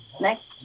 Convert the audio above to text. Next